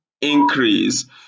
increase